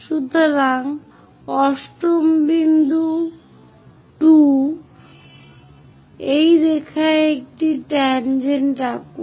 সুতরাং 8ম বিন্দু 2 এই রেখায় একটি ট্যাংজেন্ট আঁকুন